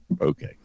Okay